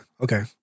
okay